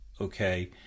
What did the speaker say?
Okay